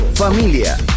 Familia